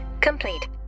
complete